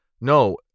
no